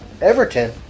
Everton